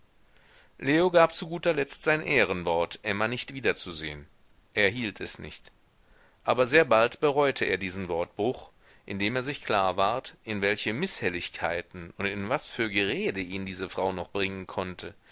leo gab zu guter letzt sein ehrenwort emma nicht wiederzusehen er hielt es nicht aber sehr bald bereute er diesen wortbruch indem er sich klar ward in welche mißhelligkeiten und in was für gerede ihn diese frau noch bringen konnte